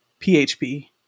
PHP